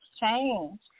Change